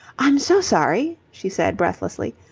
i'm so sorry, she said, breathlessly.